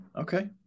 Okay